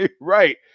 right